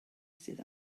sydd